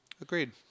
agreed